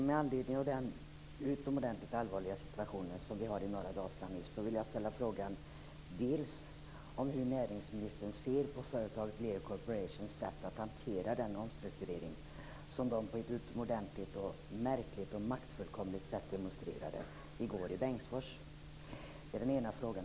Med anledning av den utomordentligt allvarliga situation som vi nu har i norra Dalsland vill jag fråga hur näringsministern ser på Lear Corporations sätt att hantera sin omstrukturering, vilket utomordentligt märkligt och maktfullkomligt demonstrerades i går i Bengtsfors. Det är min ena fråga.